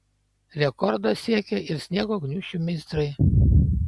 rekordo siekė ir sniego gniūžčių meistrai